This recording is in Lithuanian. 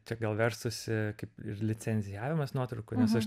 čia gal verstųsi kaip ir licencijavimas nuotraukų nes aš